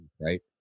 right